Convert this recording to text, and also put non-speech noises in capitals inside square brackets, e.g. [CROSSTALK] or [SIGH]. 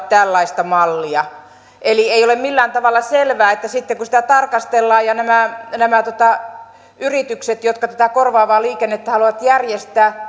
[UNINTELLIGIBLE] tällaista mallia ei ole millään tavalla selvää että sitten kun sitä tarkastellaan niin nämä yritykset jotka tätä korvaavaa liikennettä haluavat järjestää [UNINTELLIGIBLE]